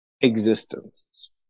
existence